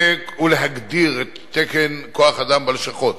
ולהגדיר את תקן כוח-האדם בלשכות,